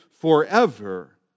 forever